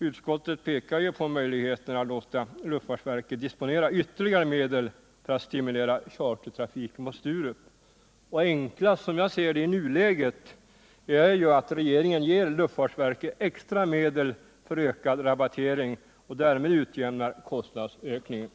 Utskottet pekar ju på möjligheten att låta luftfartsverket disponera ytterligare medel för att stimulera chartertrafiken på Sturup. Det enklaste, som jag ser det i nuläget, är att regeringen ger luftfartsverket extra medel för ökad rabattering och därmed utjämnar skillnaderna i kostnadsökning.